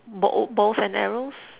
bow bows and arrows